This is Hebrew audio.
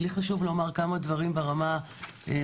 לי חשוב לומר כמה דברים ברמה הכללית.